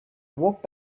walked